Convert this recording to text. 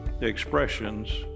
expressions